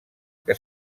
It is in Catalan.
que